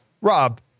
Rob